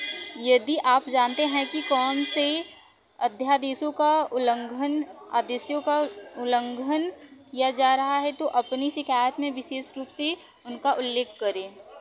यदि आप जानते हैं कि कौन से अध्यादेशों का उल्लंघन अध्यादेशों का उल्लंघन किया जा रहा है तो अपनी शिकायत में विशेष रूप से उनका उल्लेख करें